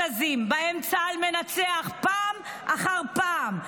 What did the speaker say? עזים שבהם צה"ל מנצח פעם אחר פעם?